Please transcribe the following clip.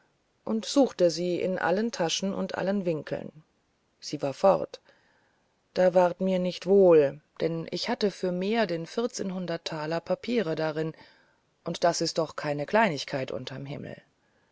und suchte sie in allen taschen allen winkeln sie war fort da ward mir nicht wohl denn ich hatte für mehr denn vierzehnhundert taler papier darin und das ist doch keine kleinigkeit unterm himmel